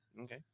Okay